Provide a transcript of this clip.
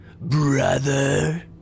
brother